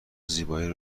زیبایی